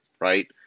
right